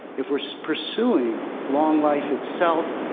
if we're so pursuing long life itself,